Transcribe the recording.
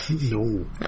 No